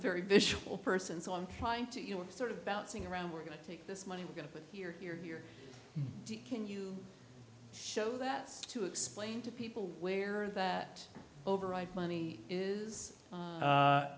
visual person so i'm trying to sort of bouncing around we're going to take this money we're going to put here here here can you show that to explain to people where that overripe money is